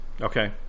okay